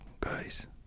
guys